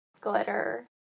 glitter